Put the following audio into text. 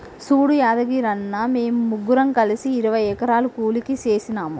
సూడు యాదగిరన్న, మేము ముగ్గురం కలిసి ఇరవై ఎకరాలు కూలికి సేసినాము